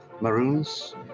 Maroons